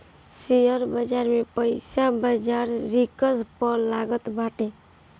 share बाजार में पईसा बाजार रिस्क पअ लागत बाटे